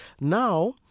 Now